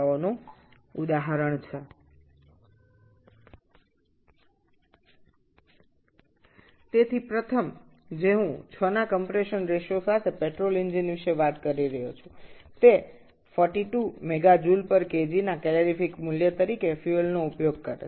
সুতরাং আমি প্রথম যেটির কথা বলছি এটি ৬ সংকোচনের অনুপাত সহ একটি পেট্রোল ইঞ্জিন যা ৪২ MJkg ক্যালোরিফিক মানের একটি জ্বালানী ব্যবহার করছে